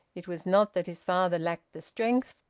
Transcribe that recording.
it was not that his father lacked the strength,